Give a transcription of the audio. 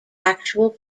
actual